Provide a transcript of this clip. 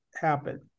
happen